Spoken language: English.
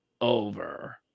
over